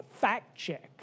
fact-check